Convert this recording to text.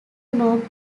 known